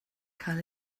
cael